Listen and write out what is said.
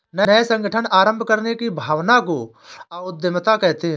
नये संगठन आरम्भ करने की भावना को उद्यमिता कहते है